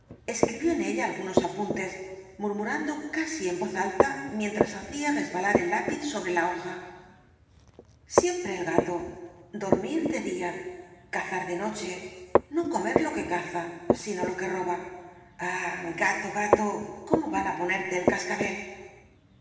escribió en ella algunos apuntes murmurando casi en voz alta mientras hacía resbalar el lápiz sobre la hoja siempre el gato dormir de día cazar de noche no comer lo que caza sino lo que roba ah gato gato cómo van á ponerte el cascabel